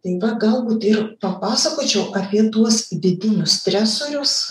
tai va galbūt ir papasakočiau apie tuos vidinius stresorius